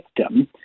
victim